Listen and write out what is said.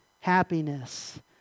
happiness